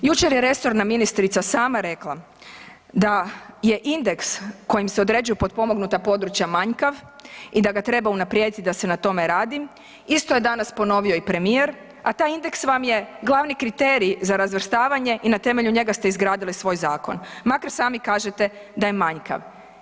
Jučer je resorna ministrica sama rekla da je indeks kojim se određuju potpomognuta područja manjkav i da ga treba unaprijediti da se na tome radi, isto je danas ponovio i premijer, a taj indeks vam je glavni kriterij za razvrstavanje i na temelju njega ste izgradili svoj zakon, makar sami kažete da je manjkav.